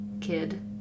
kid